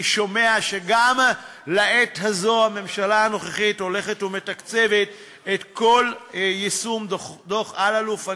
שומע שגם לעת הזו הממשלה הזאת הולכת ומתקצבת את כל יישום דוח אלאלוף.